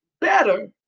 better